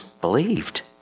believed